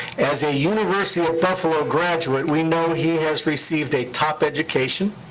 as a university of buffalo graduate, we know he has received a top education,